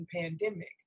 pandemic